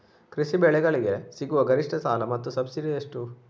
ಕೃಷಿ ಬೆಳೆಗಳಿಗೆ ಸಿಗುವ ಗರಿಷ್ಟ ಸಾಲ ಮತ್ತು ಸಬ್ಸಿಡಿ ಎಷ್ಟು?